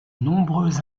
nombreux